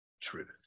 truth